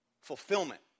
Fulfillment